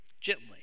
gently